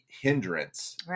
hindrance